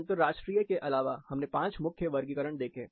अंतर्राष्ट्रीय के अलावा हमने पांच मुख्य वर्गीकरण देखे